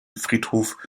friedhof